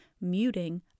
muting